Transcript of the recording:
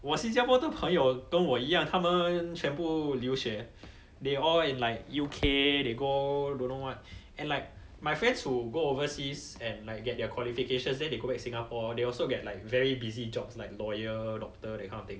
我新加坡的朋友跟我一样他们全部留学 they all in like U_K they go don't know what and like my friends who go overseas and like get their qualifications then they go back singapore they also get like very busy jobs like lawyer doctor that kind of thing